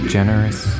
Generous